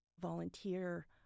volunteer